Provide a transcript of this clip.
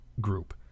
group